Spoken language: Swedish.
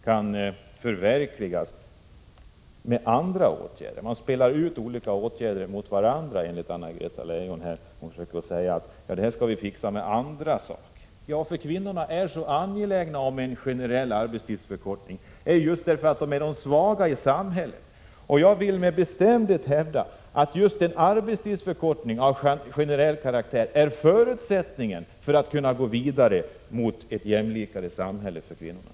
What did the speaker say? Hon försöker säga att jämlikheten skall vi fixa med andra saker. Men jämlikheten kan inte förverkligas med andra åtgärder. Kvinnorna är så angelägna om en generell arbetstidsförkortning just därför att de är de svaga i samhället. Jag vill med bestämdhet hävda att just en arbetstidsförkortning av generell karaktär är en förutsättning för att vi skall kunna gå vidare mot ett jämlikare samhälle för kvinnorna.